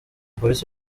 polisi